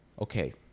Okay